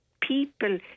people